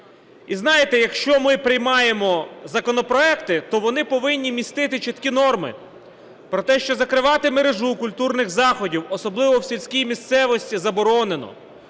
І знаєте, якщо ми приймаємо законопроекти, то вони повинні містити чіткі норми про те, що закривати мережу культурних заходів, особливо в сільській місцевості, заборонено.